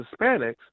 Hispanics